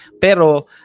Pero